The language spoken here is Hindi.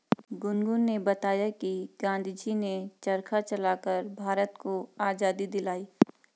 गुनगुन ने बताया कि गांधी जी ने चरखा चलाकर भारत को आजादी दिलाई